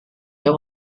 ihre